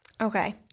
Okay